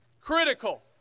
Critical